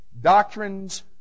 doctrines